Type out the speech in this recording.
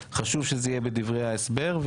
חשוב שזה יהיה בדברי ההסבר,